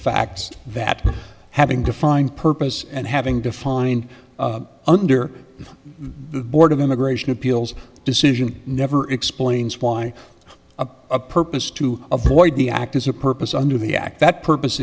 fact that having defined purpose and having defined under the board of immigration appeals decision never explains why a purpose to avoid the act is a purpose under the act that purpose